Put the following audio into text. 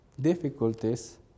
difficulties